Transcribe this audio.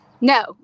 no